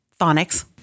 phonics